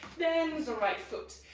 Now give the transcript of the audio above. the right foot,